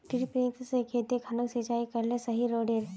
डिरिपयंऋ से खेत खानोक सिंचाई करले सही रोडेर?